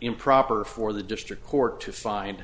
improper for the district court to find